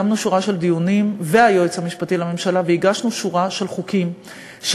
קיימנו שורה של דיונים והגשנו שורה של חוקים שייתנו